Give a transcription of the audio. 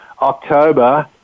October